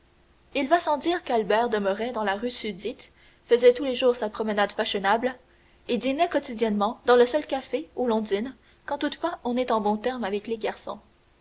il va sans dire qu'albert demeurait dans la rue susdite faisait tous les jours sa promenade fashionable et dînait quotidiennement dans le seul café où l'on dîne quand toutefois on est en bons termes avec les garçons